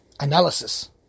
analysis